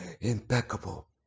impeccable